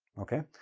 okay?